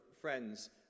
friends